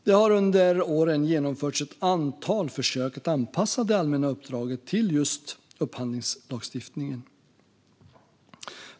Det har under åren genomförts ett antal försök att anpassa det allmänna uppdraget till just upphandlingslagstiftningen.